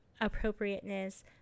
appropriateness